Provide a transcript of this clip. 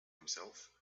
himself